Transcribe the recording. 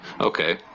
okay